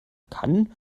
kann